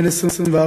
בן 24,